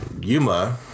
Yuma